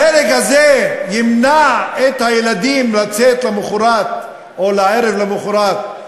ההרג הזה ימנע מהילדים, למחרת או ערב למחרת,